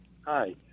Hi